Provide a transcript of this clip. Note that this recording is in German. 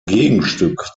gegenstück